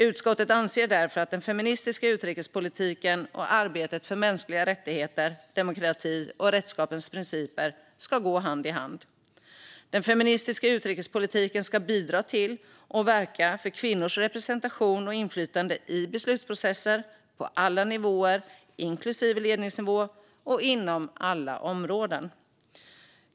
Utskottet anser därför att den feministiska utrikespolitiken och arbetet för mänskliga rättigheter, demokrati och rättsstatens principer ska gå hand i hand. Den feministiska utrikespolitiken ska bidra till och verka för kvinnors representation och inflytande i beslutsprocesser på alla nivåer, inklusive ledningsnivå, och inom alla områden.